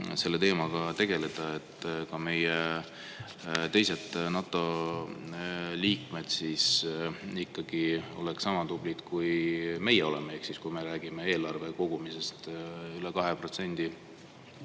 selle teemaga tegeleda, et ka teised NATO liikmesriigid ikkagi oleksid sama tublid, kui meie oleme, ehk kui me räägime eelarve kogumisest üle 2%,